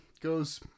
goes